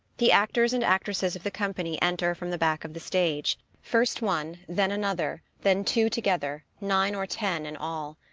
the actors and actresses of the company enter from the back of the stage first one, then another, then two together nine or ten in all.